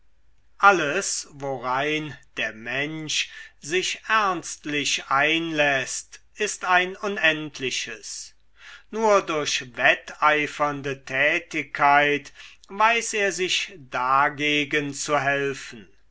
alles worein der mensch sich ernstlich einläßt ist ein unendliches nur durch wetteifernde tätigkeit weiß er sich dagegen zu helfen